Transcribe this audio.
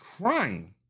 crying